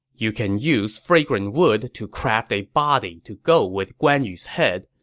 you can use fragrant wood to craft a body to go with guan yu's head,